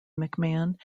mcmahon